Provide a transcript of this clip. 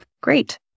great